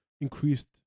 increased